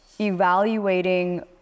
evaluating